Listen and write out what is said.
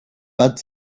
but